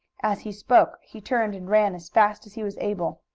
as he spoke he turned and ran as fast as he was able.